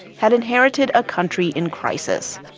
had inherited a country in crisis.